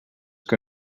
que